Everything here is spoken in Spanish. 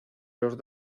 los